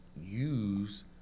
use